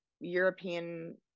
European